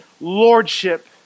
lordship